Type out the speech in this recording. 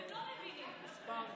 אדוני היושב-ראש,